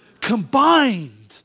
combined